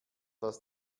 dass